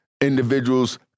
individuals